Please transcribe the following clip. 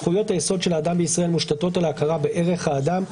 זכויות היסוד של האדם בישראל מושתתות על ההכרה בערך האדם,